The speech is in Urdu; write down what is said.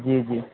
جی جی